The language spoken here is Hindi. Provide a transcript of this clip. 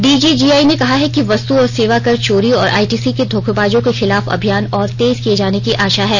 डीजीजीआई ने कहा है कि वस्तु और सेवा कर चोरी और आईटीसी के धोखेबाजों के खिलाफ अभियान और तेज किए जाने की आशा है